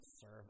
serve